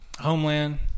Homeland